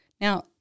now